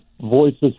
voices